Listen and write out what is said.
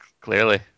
clearly